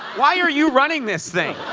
why are you running this thing?